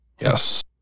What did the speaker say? yes